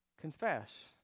confess